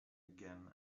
again